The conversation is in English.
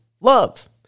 love